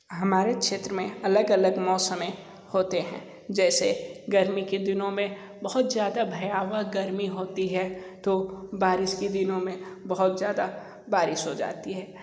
हमारे क्षेत्र में अलग अलग मौसम होते है जैसे गर्मी के दिनों में बहुत ज़्यादा भयावह गर्मी होती है तो बारिश के दिनों में बहुत ज़्यादा बारिश हो जाती है